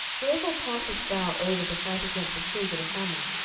wherefore passedst thou over to fight against the children of ammon,